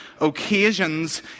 occasions